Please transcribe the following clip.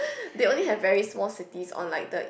they only have very small cities on like the